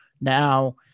now